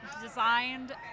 designed